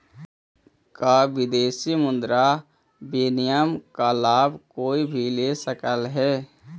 का विदेशी मुद्रा विनिमय का लाभ कोई भी ले सकलई हे?